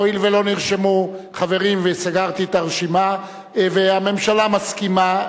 הואיל ולא נרשמו חברים וסגרתי את הרשימה והממשלה מסכימה,